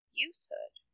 youthhood